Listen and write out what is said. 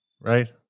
right